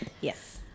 Yes